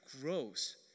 grows